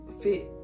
fit